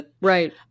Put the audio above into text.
right